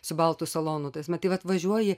su baltu salonu tas nu tai vat atvažiuoji